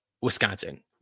Wisconsin